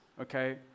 okay